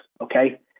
okay